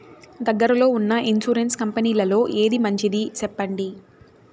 దగ్గర లో ఉన్న ఇన్సూరెన్సు కంపెనీలలో ఏది మంచిది? సెప్పండి?